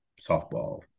softball